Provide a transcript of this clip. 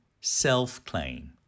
self-claim